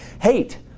Hate